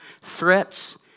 threats